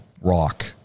rock